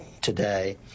today